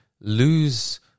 lose